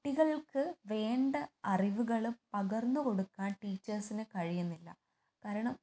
കുട്ടികൾക്ക് വേണ്ട അറിവുകൾ പകർന്ന് കൊടുക്കാൻ ടീച്ചേഴ്സിന് കഴിയുന്നില്ല കാരണം